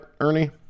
Ernie